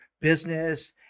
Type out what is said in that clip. business